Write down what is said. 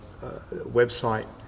website